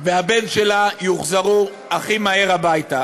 והבן שלה יוחזרו הכי מהר הביתה.